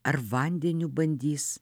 ar vandeniu bandys